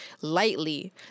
lightly